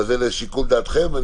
אבל זה לשיקול דעתכם,